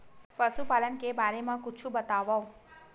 पशुपालन के बारे मा कुछु बतावव?